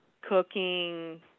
Cooking